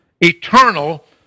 eternal